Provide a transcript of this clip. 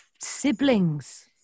siblings